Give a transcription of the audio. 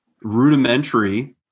rudimentary